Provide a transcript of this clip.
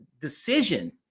decision